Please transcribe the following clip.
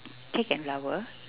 cake and flower